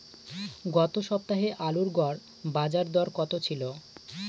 গত সপ্তাহে আলুর গড় বাজারদর কত ছিল?